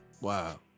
Wow